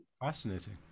fascinating